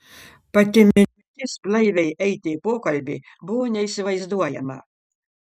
pati mintis blaiviai eiti į pokalbį buvo neįsivaizduojama